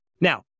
Now